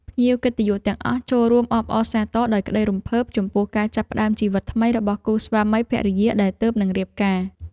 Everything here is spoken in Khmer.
ភ្ញៀវកិត្តិយសទាំងអស់ចូលរួមអបអរសាទរដោយក្តីរំភើបចំពោះការចាប់ផ្តើមជីវិតថ្មីរបស់គូស្វាមីភរិយាដែលទើបនឹងរៀបការ។